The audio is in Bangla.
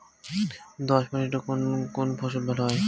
দোঁয়াশ মাটিতে কোন কোন ফসল ভালো হয়?